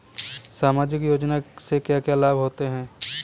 सामाजिक योजना से क्या क्या लाभ होते हैं?